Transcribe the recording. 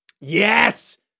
Yes